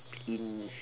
in